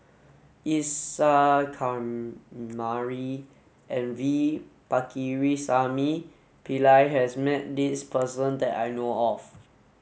Isa Kamari and V Pakirisamy Pillai has met this person that I know of